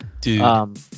Dude